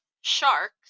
sharks